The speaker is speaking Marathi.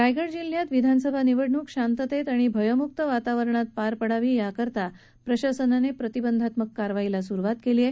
रायगड जिल्ह्यात विधानसभा निवडणूक शांततेत आणि भयम्क्तपणे पार पडाव्यात यासाठी प्रशासनाने प्रतिबंधात्मक कारवाईला सुरुवात केली आहे